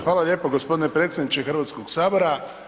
Hvala lijepo gospodine predsjedniče Hrvatskog sabora.